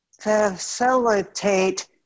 facilitate